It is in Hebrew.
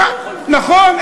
נכון?